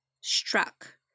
struck